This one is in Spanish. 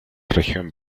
región